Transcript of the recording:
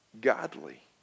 godly